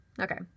Okay